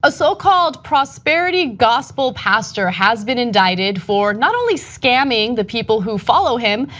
a so-called prosperity gospel pastor has been indicted for not only skimming the people who follow him,